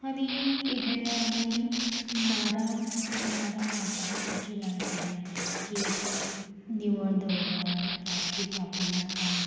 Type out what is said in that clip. आनी हे आमी नारा नारा मारतालीं स्वच्छ भारत अभियान की निवळ दवरात प्लास्टीक वापरनाकात